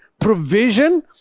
provision